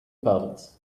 puddles